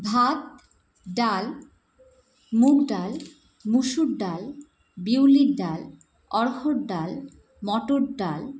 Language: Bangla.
ভাত ডাল মুগ ডাল মুসুর ডাল বিউলির ডাল অরহর ডাল মটর ডাল